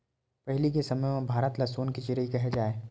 पहिली के समे म भारत ल सोन के चिरई केहे जाए